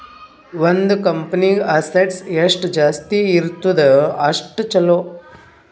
ಒಂದ್ ಕಂಪನಿಗ್ ಅಸೆಟ್ಸ್ ಎಷ್ಟ ಜಾಸ್ತಿ ಇರ್ತುದ್ ಅಷ್ಟ ಛಲೋ